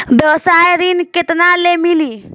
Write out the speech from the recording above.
व्यवसाय ऋण केतना ले मिली?